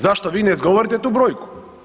Zašto vi ne izgovorite tu brojku?